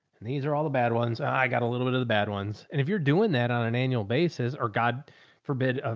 and these are all the bad ones. i got a little bit of the bad ones. and if you're doing that on an annual basis, or god forbid,